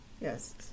Yes